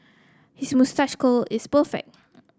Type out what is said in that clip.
his moustache curl is perfect